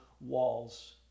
walls